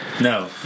No